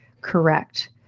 correct